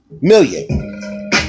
million